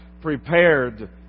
Prepared